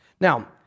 Now